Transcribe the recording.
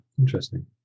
interesting